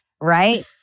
right